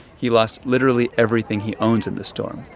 he lost literally everything he owns in the storm.